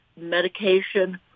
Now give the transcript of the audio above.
medication